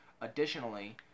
Additionally